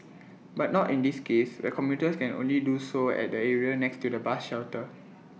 but not in this case where commuters can only do so at the area next to the bus shelter